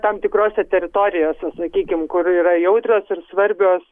tam tikrose teritorijose sakykime kur yra jautrios ir svarbios